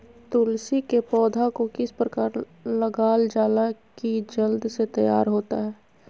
तुलसी के पौधा को किस प्रकार लगालजाला की जल्द से तैयार होता है?